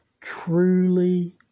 truly